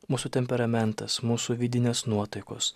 mūsų temperamentas mūsų vidinės nuotaikos